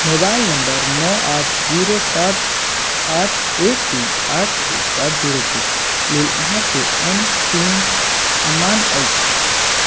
mobile number नओ आठ zero सात आठ एक तीन आठ दुइ सात जीरोके लेल अहाँके एम पिन अमान्य अछि